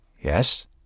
Yes